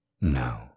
No